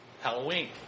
Halloween